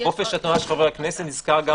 חופש התנועה של חבר הכנסת מוזכר גם